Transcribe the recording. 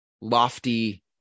lofty